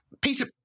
Peter